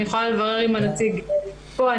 אני יכולה לברר עם הנציג פה.